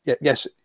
yes